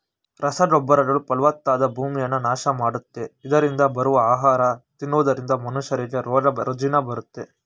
ರಸಗೊಬ್ಬರಗಳು ಫಲವತ್ತಾದ ಭೂಮಿಯನ್ನ ನಾಶ ಮಾಡುತ್ತೆ, ಇದರರಿಂದ ಬರುವ ಆಹಾರ ತಿನ್ನುವುದರಿಂದ ಮನುಷ್ಯರಿಗೆ ರೋಗ ರುಜಿನ ಬರುತ್ತೆ